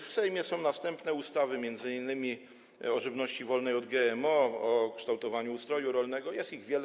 W Sejmie są następne ustawy, m.in. o żywności wolnej od GMO, o kształtowaniu ustroju rolnego, jest ich wiele.